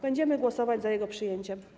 Będziemy głosować za jego przyjęciem.